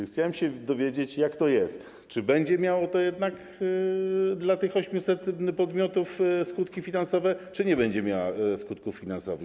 Chciałem się więc dowiedzieć, jak to jest: czy będzie miało to jednak dla tych 800 podmiotów skutki finansowe, czy nie będzie miało skutków finansowych.